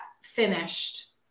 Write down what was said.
finished